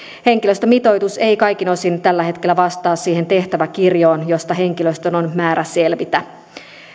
henkilöstömitoitus ei kaikin osin tällä hetkellä vastaa siihen tehtäväkirjoon josta henkilöstön on määrä selvitä